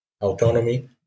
autonomy